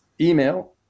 Email